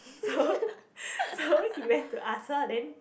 so so he went to ask her then